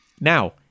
Now